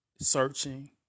searching